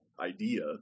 idea